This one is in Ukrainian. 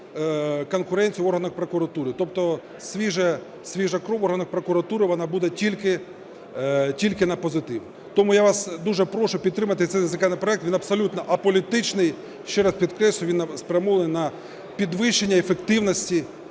конкуренцію в органах прокуратури. Тобто свіжа кров в органах прокуратури вона буде тільки на позитиві. Тому я вас дуже прошу підтримати цей законопроект. Він абсолютно аполітичний. Ще раз підкреслюю, він спрямований на підвищення ефективності